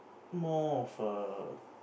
more of a